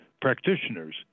practitioners